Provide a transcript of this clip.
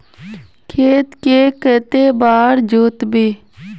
खेत के कते बार जोतबे?